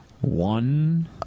One